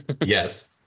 Yes